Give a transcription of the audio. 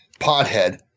pothead